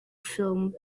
film